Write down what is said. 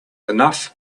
enough